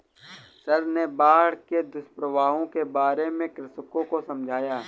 sir ने बाढ़ के दुष्प्रभावों के बारे में कृषकों को समझाया